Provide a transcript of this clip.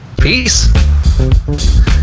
Peace